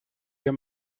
your